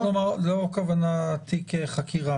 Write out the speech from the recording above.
הכוונה לא תיק חקירה.